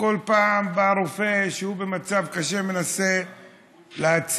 וכל פעם בא רופא, כשהוא במצב קשה, ומנסה להציל.